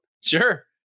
Sure